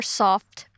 soft